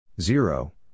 zero